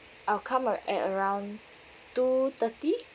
I'll come at at around two-thirty